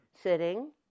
Sitting